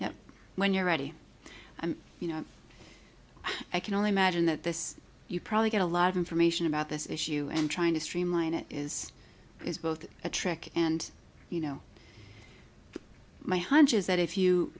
know when you're ready and you know i can only imagine that this you probably get a lot of information about this issue and trying to streamline it is is both a trick and you know my hunch is that if you